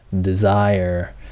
desire